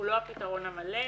הוא לא הפתרון המלא.